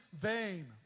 vain